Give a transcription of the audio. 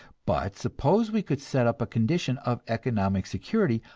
but suppose we could set up a condition of economic security,